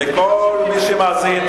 לכל מי שמאזין,